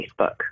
Facebook